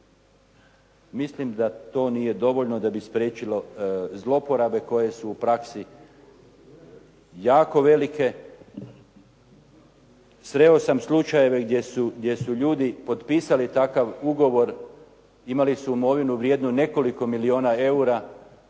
Mislim da to nije dovoljno da bi spriječilo zlouporabe koje su u praksi jako velike. Sreo sam slučajeve gdje su ljudi potpisali takav ugovor, imali su imovinu vrijednu nekoliko milijuna eura.